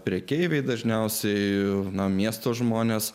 prekeiviai dažniausiai nuo miesto žmonės